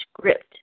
script